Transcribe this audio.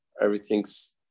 everything's